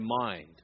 mind